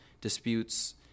disputes